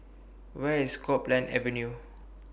Where IS Copeland Avenue